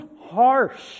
harsh